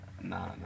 nah